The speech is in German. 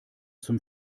zum